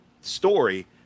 story